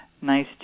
Nice